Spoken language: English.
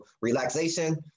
relaxation